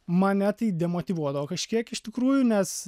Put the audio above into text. mane tai demotyvuodavo kažkiek iš tikrųjų nes